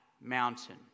mountain